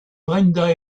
brenda